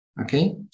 okay